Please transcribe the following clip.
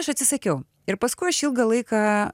aš atsisakiau ir paskui aš ilgą laiką